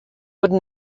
will